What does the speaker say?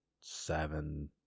seven